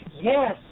yes